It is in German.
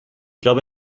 glaube